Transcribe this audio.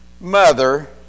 mother